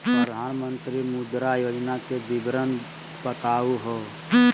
प्रधानमंत्री मुद्रा योजना के विवरण बताहु हो?